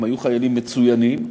הם היו חיילים מצוינים,